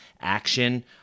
action